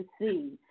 see